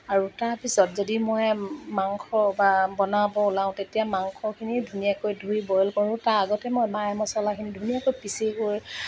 আৰু তাৰপিছত যদি মই মাংস বা বনাওঁ পোলাও তেতিয়া মাংসখিনি ধুনীয়াকৈ ধুই বইল কৰোঁ তাৰ আগতে মই মা মছলাখিনি ধুই ধুনীয়াকৈ পিচি লৈ